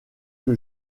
que